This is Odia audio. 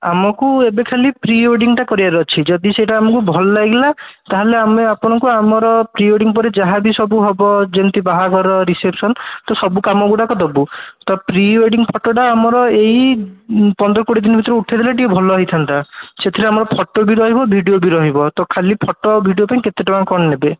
ଆମକୁ ଏବେ ଖାଲି ପ୍ରି ୱେଡ଼ିଙ୍ଗ୍ ଟା କରିବାର ଅଛି ଯଦି ସେଇଟା ଆମକୁ ଭଲ ଲାଗିଲା ତାହେଲେ ଆମେ ଆପଣଙ୍କୁ ଆମର ପ୍ରି ୱେଡ଼ିଙ୍ଗ୍ ପରେ ଯାହା ବି ସବୁ ହେବ ଯେମିତି ବାହାଘର ରିସେପ୍ସନ୍ ତ ସବୁ କାମ ଗୁଡ଼ାକ ଦେବୁ ତ ପ୍ରି ୱେଡ଼ିଙ୍ଗ୍ ଫୋଟୋଟା ଆମର ଏଇ ପନ୍ଦର କୋଡ଼ିଏ ଦିନ ଭିତରେ ଉଠେଇ ଦେଲେ ଟିକେ ଭଲ ହେଇଥାନ୍ତା ସେଥିରେ ଆମର ଫୋଟୋ ବି ରହିବ ଭିଡ଼ିଓ ବି ରହିବ ତ ଖାଲି ଫୋଟୋ ଆଉ ଭିଡ଼ିଓ ପାଇଁ କେତେ ଟଙ୍କା କ'ଣ ନେବେ